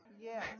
Yes